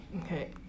okay